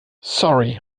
sorry